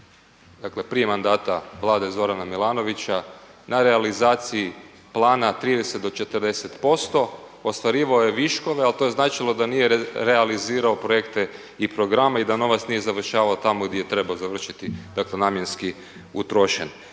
dakle prije mandata Vlade Zorana Milanovića na realizaciji plana 30 do 40%, ostvarivao je viškove ali to je značilo da nije realizirao projekte i programe i da novac nije završavao tamo di je trebao završiti, dakle namjenski utrošen.